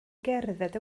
gerdded